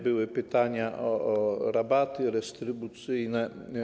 Były pytania o rabaty dystrybucyjne.